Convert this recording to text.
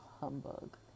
humbug